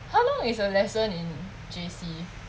how long is a lesson in J_C